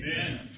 amen